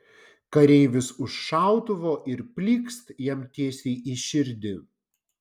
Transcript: kareivis už šautuvo ir plykst jam tiesiai į širdį